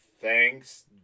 thanks